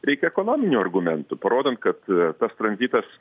reikia ekonominių argumentų parodant kad tas tranzitas